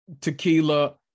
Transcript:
tequila